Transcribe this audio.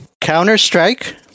counter-strike